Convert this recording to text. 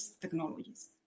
technologies